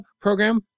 program